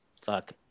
fuck